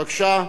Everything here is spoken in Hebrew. בבקשה.